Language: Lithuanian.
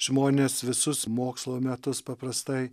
žmonės visus mokslo metus paprastai